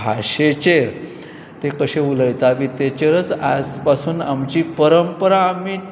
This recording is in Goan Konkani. भाशेचेर ते कशे उलयता बी तेचेरच आज पासून आमची परंपरा आमी